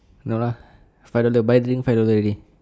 no lah five dollar buy drink five dollar already